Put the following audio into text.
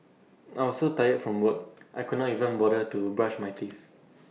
I was so tired from work I could not even bother to brush my teeth